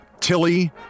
Tilly